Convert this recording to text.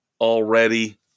already